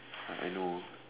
I I know